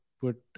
put